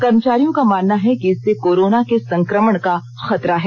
कर्मचारियों का मानना है कि इससे कोरोना के संक्रमण का खतरा है